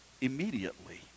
immediately